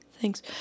Thanks